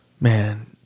Man